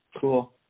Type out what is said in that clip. Cool